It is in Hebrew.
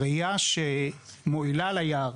הרעייה שמועילה ליער